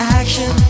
action